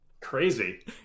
crazy